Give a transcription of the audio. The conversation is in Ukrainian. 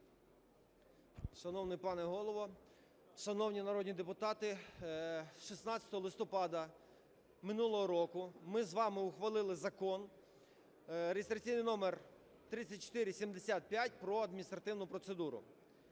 Шановний пане Голово, шановні народні депутати, 16 листопада минулого року ми з вами ухвалили Закон реєстраційний номер 3475 "Про адміністративну процедуру".